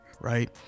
right